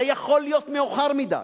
זה יכול להיות מאוחר מדי.